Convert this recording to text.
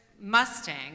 Mustang